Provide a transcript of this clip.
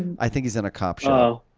i think he's in a cop show. oh,